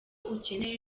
ukeneye